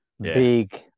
big